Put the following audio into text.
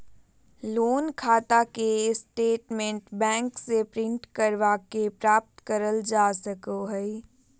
loan खाता के statement bank से प्रिंट करवा के प्राप्त करल जा सको हय